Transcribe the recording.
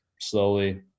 slowly